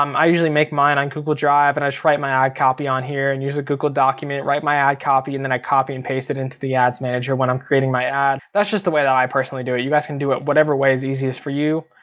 um i usually make mine on google drive and i just write my ad copy on here and use a google document, write my ad copy, and then i copy and paste it into the ads manager when i'm creating my ad. that's just the way that i personally do it. you guys can do it whatever way's easiest for you.